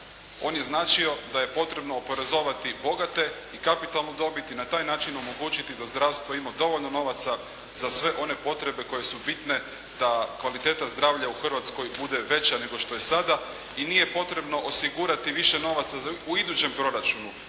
On je značio da je potrebno oporezovati bogate i kapitalnu dobit i na taj način omogućiti da zdravstvo ima dovoljno novaca za sve one potrebe koje su bitne da kvaliteta zdravlja u Hrvatskoj bude veća nego što je sada. I nije potrebno osigurati više novaca u idućem proračunu,